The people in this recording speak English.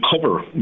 cover